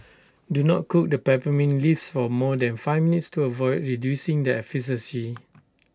do not cook the peppermint leaves for more than five minutes to avoid reducing their efficacy